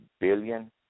billion